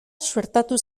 suertatu